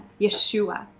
Yeshua